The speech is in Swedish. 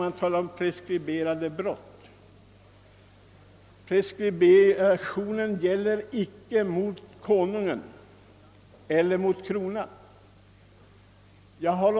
Vad sedan preskriptionen av brott angår så gäller ingen preskription för Konungens eller kronans åtgöranden.